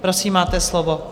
Prosím, máte slovo.